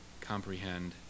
comprehend